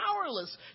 powerless